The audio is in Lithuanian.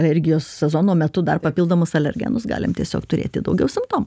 alergijos sezono metu dar papildomus alergenus galim tiesiog turėti daugiau simptomų